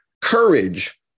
courage